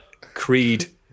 Creed